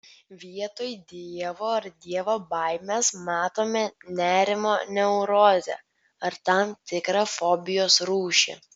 vietoj dievo ar dievo baimės matome nerimo neurozę ar tam tikrą fobijos rūšį